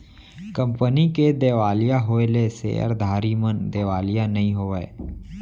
company के देवालिया होएले सेयरधारी मन देवालिया नइ होवय